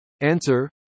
Answer